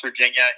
Virginia